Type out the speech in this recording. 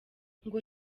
ngo